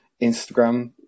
Instagram